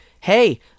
hey